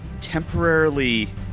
temporarily